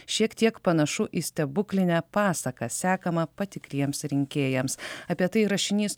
šiek tiek panašu į stebuklinę pasaką sekamą patikliems rinkėjams apie tai rašinys